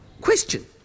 Question